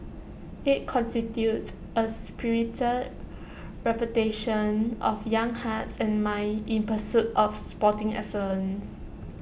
IT constitutes A spirited reputation of young hearts and minds in pursuit of sporting excellence